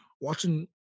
watching